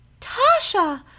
Tasha